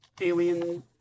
alien